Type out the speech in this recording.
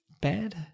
bad